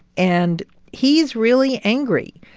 and he's really angry.